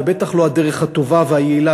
ובטח לא הדרך הטובה והיעילה,